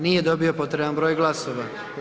Nije dobio potreban broj glasova.